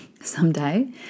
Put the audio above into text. someday